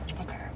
Okay